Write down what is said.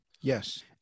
Yes